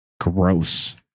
Gross